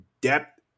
depth